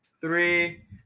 three